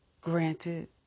granted